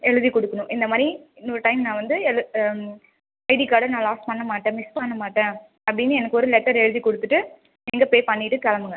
எழுதிக் கொடுக்கணும் இந்தமாதிரி இன்னொரு டைம் நான் வந்து எழு ஐடி கார்டை நான் லாஸ் பண்ணமாட்டேன் மிஸ் பண்ணமாட்டேன் அப்படின்னு எனக்கு ஒரு லெட்டர் எழுதிக் கொடுத்துட்டு நீங்கள் பே பண்ணிவிட்டுக் கிளம்புங்க